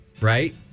right